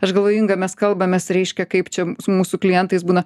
aš galvoju inga mes kalbamės reiškia kaip čia su mūsų klientais būna